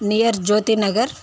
near Jyoti Nagar